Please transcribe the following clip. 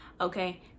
okay